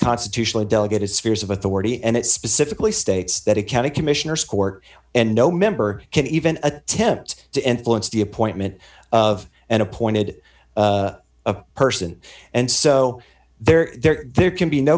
constitutional delegated spheres of authority and it specifically states that it county commissioners court and no member can even attempt to influence the appointment of an appointed a person and so there there there can be no